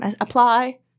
apply